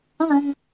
Hi